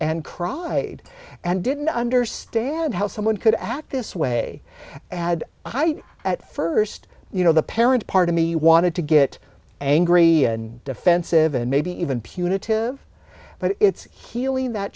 and cried and didn't understand how someone could act this way at first you know the parent part of me wanted to get angry and defensive and maybe even punitive but it's healing that